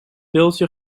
beeldje